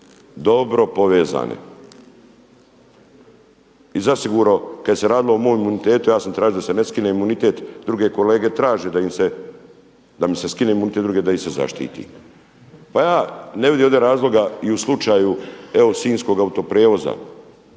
dobro povezane. I zasigurno kada se radilo o mom imunitetu ja sam tražio da se ne skine imunitet, druge kolege traže da mi se skine imunitet, drugi da ih se zaštiti. Pa ja ne vidim ovdje razloga i u slučaju sinjskog autoprijevoza,